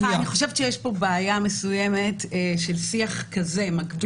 אני חושבת שיש פה בעיה של שיח מקביל.